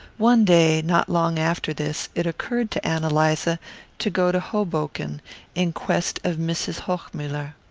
one day not long after this it occurred to ann eliza to go to hoboken in quest of mrs. hochmuller.